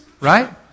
Right